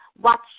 Watch